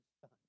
son